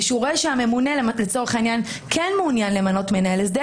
ושהוא יראה שהממונה לצורך העניין כן מעוניין למנות מנהל הסדר